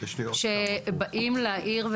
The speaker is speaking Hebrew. שבא להאיר,